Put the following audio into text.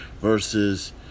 versus